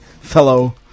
fellow